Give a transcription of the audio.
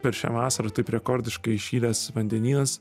per šią vasarą taip rekordiškai įšilęs vandenynas